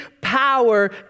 power